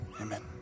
amen